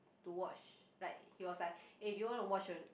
to watch like he was like eh do you want to watch a